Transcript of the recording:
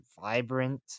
vibrant